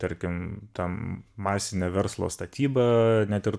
tarkim tam masinę verslo statybą net ir